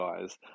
guys